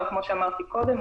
כמו שאמרתי קודם,